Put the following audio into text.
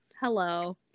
hello